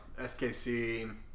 SKC